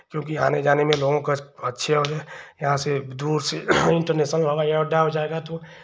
क्योंकि आने जाने में लोगों का अच्छे हो यहाँ से दूर से इंटरनेशनल हवाई अड्डा हो जाएगा तो